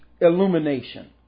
illumination